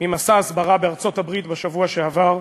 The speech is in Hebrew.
ממסע הסברה בארצות-הברית בשבוע שעבר.